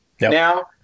now